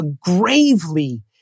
gravely